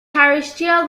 terrestrial